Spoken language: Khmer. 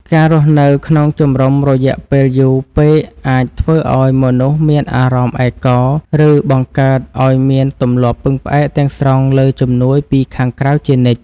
ការរស់នៅក្នុងជំរំរយៈពេលយូរពេកអាចធ្វើឱ្យមនុស្សមានអារម្មណ៍ឯកោ ឬបង្កើតឱ្យមានទម្លាប់ពឹងផ្អែកទាំងស្រុងលើជំនួយពីខាងក្រៅជានិច្ច។